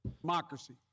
democracy